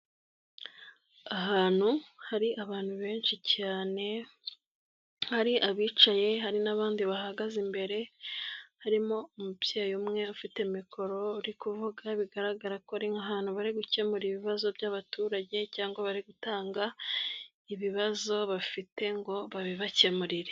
Ahantu hari abantu benshi cyane, hari abicaye, hari n'abandi bahagaze, imbere hari umubyeyi umwe ufite mikoro ari kuvuga, bigaragara ko abantu bari gukemura ibibazo by'abaturage cyangwa bari gutanga ibibazo bafite ngo babibakemurire.